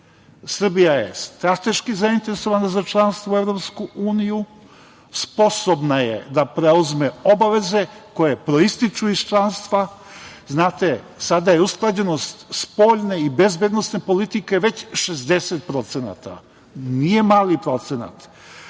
Srbija je strateški zainteresovana za članstvo u EU, sposobna je da preuzme obaveze koje proističu iz članstva. Znate, sada je usklađenost spoljne i bezbednosne politike već 60%, nije mali procenat.